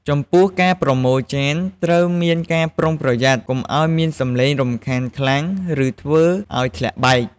ចំពោះការប្រមូលចានត្រូវមានការប្រុងប្រយ័ត្ន កុំឱ្យមានសំឡេងរំខានខ្លាំង ឬធ្វើឱ្យធ្លាក់បែក។